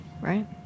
right